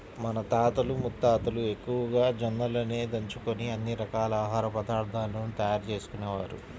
మన తాతలు ముత్తాతలు ఎక్కువగా జొన్నలనే దంచుకొని అన్ని రకాల ఆహార పదార్థాలను తయారు చేసుకునేవారు